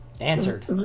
answered